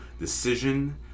decision